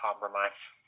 compromise